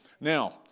Now